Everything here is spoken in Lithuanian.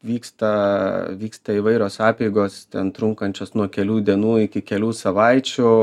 vyksta vyksta įvairios apeigos ten trunkančios nuo kelių dienų iki kelių savaičių